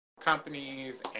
companies